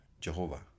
Jehovah